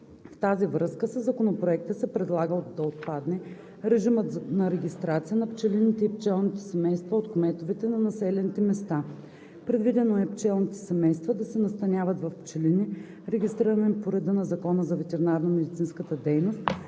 В тази връзка, със Законопроекта се предлага да отпадне режимът на регистрация на пчелините и пчелните семейства от кметовете на населените места. Предвидено е пчелните семейства да се настаняват в пчелини, регистрирани по реда на Закона за ветеринарномедицинската дейност,